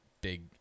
big